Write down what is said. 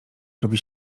robi